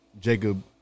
Jacob